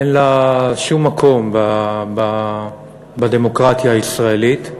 אין לה שום מקום בדמוקרטיה הישראלית.